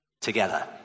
together